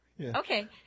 Okay